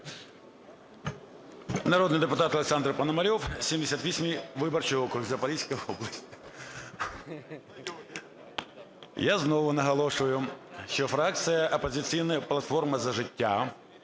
Народний депутат Олександр Пономарьов, 78 виборчий округ, Запорізька область. Я знову наголошую, що фракція "Опозиційної платформи - За життя"